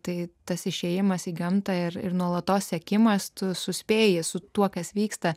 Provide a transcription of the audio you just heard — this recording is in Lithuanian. tai tas išėjimas į gamtą ir nuolatos sekimas tu suspėji su tuo kas vyksta